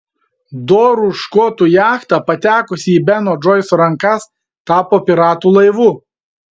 dorų škotų jachta patekusi į beno džoiso rankas tapo piratų laivu